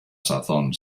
sazón